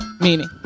Meaning